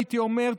הייתי אומר,